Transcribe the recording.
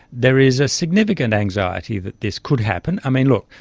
there is a significant anxiety that this could happen. i mean, look,